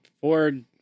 Ford